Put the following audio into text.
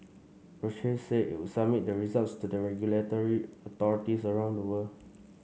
Roche said it would submit the results to the regulatory authorities around the world